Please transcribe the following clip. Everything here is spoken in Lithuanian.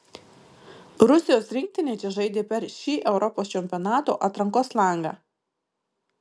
rusijos rinktinė čia žaidė per šį europos čempionato atrankos langą